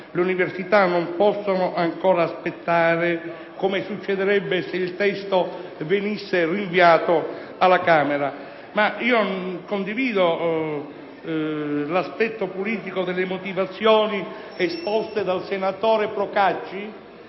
le università non possano ancora aspettare, come succederebbe se il testo venisse rinviato alla Camera. Condivido l'aspetto politico delle motivazioni esposte dal senatore Procacci,